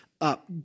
up